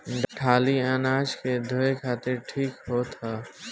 टाली अनाज के धोए खातिर ठीक होत ह